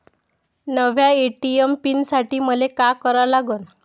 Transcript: नव्या ATM pin साठी मले का करा लागन?